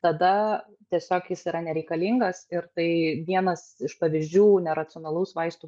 tada tiesiog jis yra nereikalingas ir tai vienas iš pavyzdžių neracionalaus vaistų